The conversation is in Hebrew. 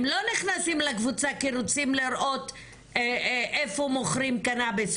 הם לא נכנסים לקבוצה כי רוצים לראות איפה מוכרים קנביס,